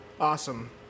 Awesome